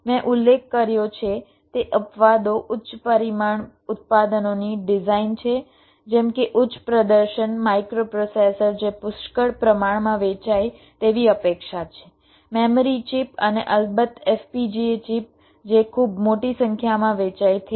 મેં ઉલ્લેખ કર્યો છે તે અપવાદો ઉચ્ચ પરિમાણ ઉત્પાદનોની ડિઝાઇન છે જેમ કે ઉચ્ચ પ્રદર્શન માઇક્રોપ્રોસેસર જે પુષ્કળ પ્રમાણમાં વેચાય તેવી અપેક્ષા છે મેમરી ચિપ અને અલબત્ત FPGA ચિપ જે ખૂબ મોટી સંખ્યામાં વેચાય છે